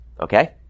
Okay